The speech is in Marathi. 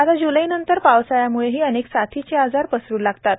आता ज्लैनंतर पावसाळ्याम्ळेही अनेक साथीचे आजार पसरू लागतात